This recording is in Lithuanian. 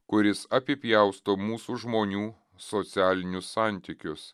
kuris apipjausto mūsų žmonių socialinius santykius